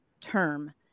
term